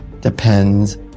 depends